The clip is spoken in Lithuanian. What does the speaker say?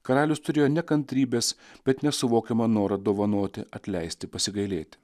karalius turėjo ne kantrybės bet nesuvokiamą norą dovanoti atleisti pasigailėti